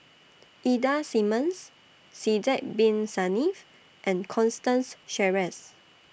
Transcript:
Ida Simmons Sidek Bin Saniff and Constance Sheares